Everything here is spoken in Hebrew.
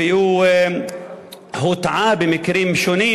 והוא טעה במקרים שונים,